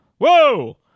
whoa